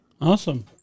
Awesome